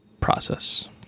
process